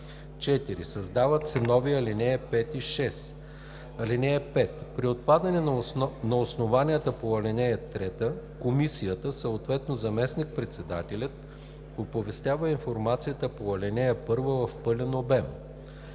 4. Създават се нови ал. 5 и 6: „(5) При отпадане на основанията по ал. 3 комисията, съответно заместник-председателят, оповестява информацията по ал. 1 в пълен обем.